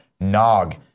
Nog